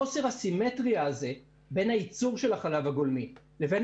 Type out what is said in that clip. חוסר הסימטריה הזה בין ייצור החלב הגולמי לבין